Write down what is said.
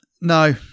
No